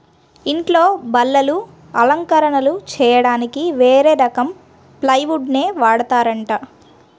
ఇంట్లో బల్లలు, అలంకరణలు చెయ్యడానికి వేరే రకం ప్లైవుడ్ నే వాడతారంట